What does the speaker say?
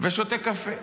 שותה קפה,